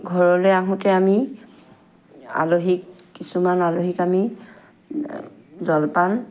ঘৰলৈ আহোঁতে আমি আলহীক কিছুমান আলহীক আমি জলপান